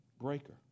breaker